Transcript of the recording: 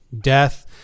death